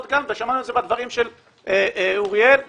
כאן ושמענו את זה בדברים של אוריאל לין,